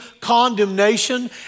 condemnation